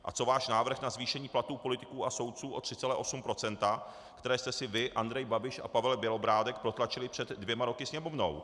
A co váš návrh na zvýšení platů politiků a soudců o 3,8 %, které jste si vy, Andrej Babiš a Pavel Bělobrádek protlačili před dvěma roky Sněmovnou?